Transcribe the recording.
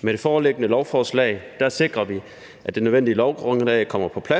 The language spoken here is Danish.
Med det foreliggende lovforslag sikrer vi, at det nødvendige lovgrundlag,